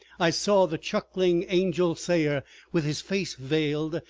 i saw the chuckling angel sayer with his face veiled,